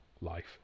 life